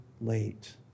late